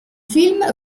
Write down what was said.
film